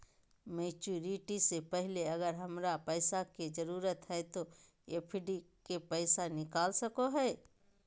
Maturity से पहले अगर हमरा पैसा के जरूरत है तो एफडी के पैसा निकल सको है?